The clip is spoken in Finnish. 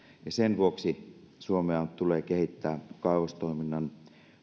ja sen vuoksi suomea tulee kehittää kaivostoiminnan